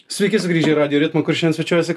sveiki sugrįžę į radijo ritmą kur šiandien svečiuojasi